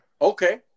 Okay